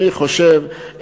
אני חושב,